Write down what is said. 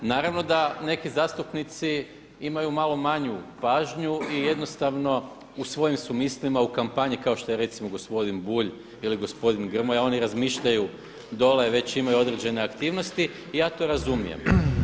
Naravno da neki zastupnici imaju malo manju pažnju i jednostavno u svojim su mislima, u kampanji, kao što je recimo gospodin Bulj ili gospodin Grmoja, oni razmišljaju dolje već imaju određene aktivnosti i ja to razumije.